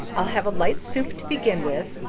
i'll have a light soup to begin with.